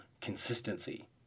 consistency